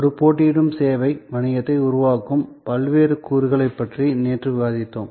ஒரு போட்டியிடும் சேவை வணிகத்தை உருவாக்கும் பல்வேறு கூறுகளைப் பற்றி நேற்று விவாதித்தோம்